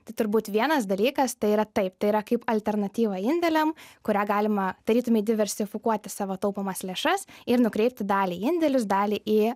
tai turbūt vienas dalykas tai yra taip tai yra kaip alternatyva indėliam kurią galima tarytumei diversifikuoti savo taupomas lėšas ir nukreipti dalį indėlius dalį į